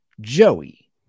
Joey